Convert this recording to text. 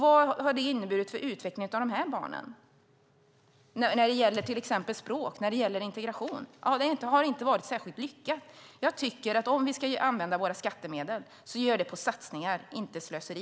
Vad har det inneburit för utvecklingen av dessa barn när det gäller till exempel språk och integration? Det har inte varit särskilt lyckat. Om vi ska använda våra skattemedel ska vi göra det på satsningar och inte slöseri.